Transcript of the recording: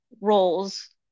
roles